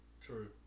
True